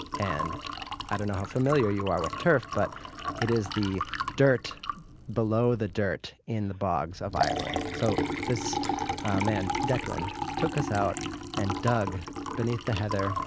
and i don't know how familiar you are with turf, but it is the dirt below the dirt in the bogs of ireland. so this man declan took us out and dug beneath the heather,